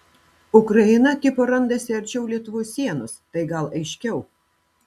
ukraina tipo randasi arčiau lietuvos sienos tai gal aiškiau